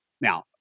Now